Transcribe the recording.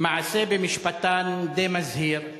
מעשה במשפטן די מזהיר /